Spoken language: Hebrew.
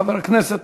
חבר הכנסת